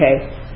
okay